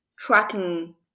tracking